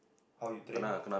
how you train